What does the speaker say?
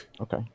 okay